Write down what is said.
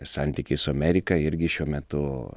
santykiai su amerika irgi šiuo metu